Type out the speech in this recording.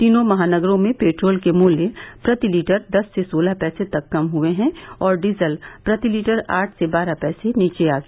तीनों महानगरों में पेट्रोल के मूल्य प्रति लीटर दस से सोलह पैसे तक कम हुए हैं और डीजल प्रति लीटर आठ से बारह पैसे नीचे आ गया